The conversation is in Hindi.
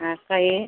हाँ कहिए